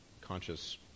conscious